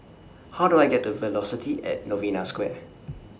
How Do I get to Velocity At Novena Square